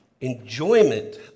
enjoyment